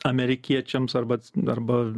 amerikiečiams arba arba